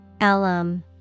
Alum